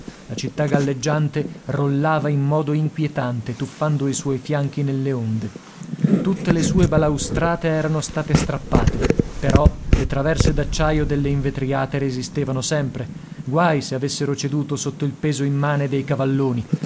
la città galleggiante rollava in modo inquietante tuffando i suoi fianchi nelle onde tutte le sue balaustrate erano state strappate però le traverse d'acciaio delle invetriate resistevano sempre guai se avessero ceduto sotto il peso immane dei cavalloni